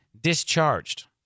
discharged